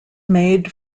made